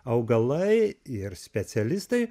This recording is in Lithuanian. augalai ir specialistai